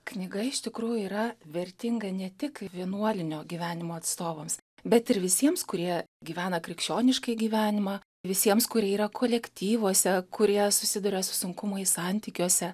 knyga iš tikrųjų yra vertinga ne tik vienuolinio gyvenimo atstovams bet ir visiems kurie gyvena krikščioniškai gyvenimą visiems kurie yra kolektyvuose kurie susiduria su sunkumais santykiuose